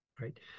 Right